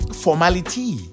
formality